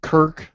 Kirk